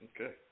Okay